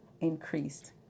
increased